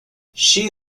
she